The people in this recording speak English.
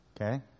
Okay